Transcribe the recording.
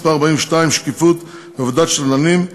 הצעת חוק הכנסת (תיקון מס' 42) (שקיפות בעבודת שדלנים),